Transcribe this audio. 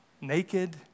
Naked